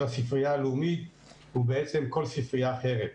הספרייה הלאומית ובעצם כל ספרייה אחרת.